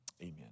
Amen